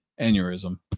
aneurysm